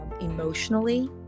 emotionally